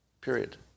Period